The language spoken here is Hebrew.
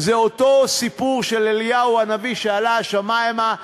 זה אותו סיפור של אליהו הנביא שעלה השמימה,